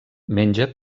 menja